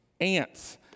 Ants